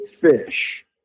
fish